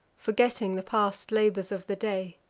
forgetting the past labors of the day.